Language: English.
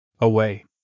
away